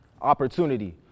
Opportunity